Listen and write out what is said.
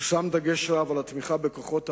הושם דגש רב בתמיכה בכוחות ההצלה,